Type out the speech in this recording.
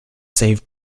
save